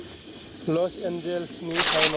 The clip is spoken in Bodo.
लस एन्जेल्सनि टाइमाव सोलाय